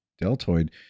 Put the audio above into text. deltoid